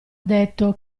detto